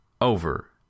over